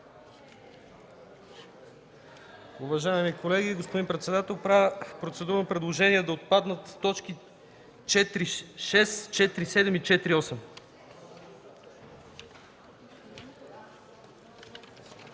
Уважаеми колеги, господин председател! Правя процедурно предложение да отпаднат точки 4.6., 4.7. и 4.8.